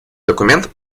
документ